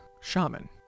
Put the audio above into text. shaman